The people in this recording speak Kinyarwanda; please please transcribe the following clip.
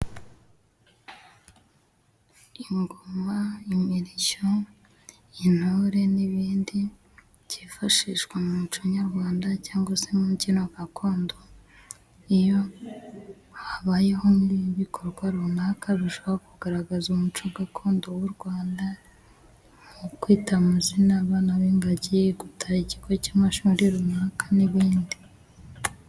Ingoma, imirishyo, intore n'ibindi byifashishwa mu muco nyarwanda cyangwa se mu mbyino gakondo, iyo habayeho nk'ibikorwa runaka birushaho kugaragaza umuco gakondo w'u Rwanda. Mu kwita amazina abana b'ingagi, gutaha ikigo cy'amashuri runaka n'ibindi.